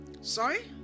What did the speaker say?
sorry